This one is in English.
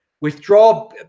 Withdraw